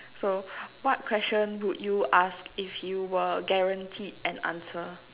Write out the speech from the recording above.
so what question would you ask if you were guaranteed an answer